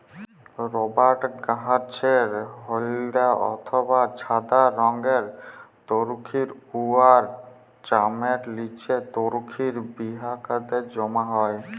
রবাট গাহাচের হইলদ্যা অথবা ছাদা রংয়ের তরুখির উয়ার চামের লিচে তরুখির বাহিকাতে জ্যমা হ্যয়